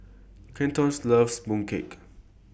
Kelton loves Mooncake